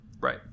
Right